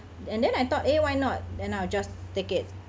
and then I thought eh why not then I will just take it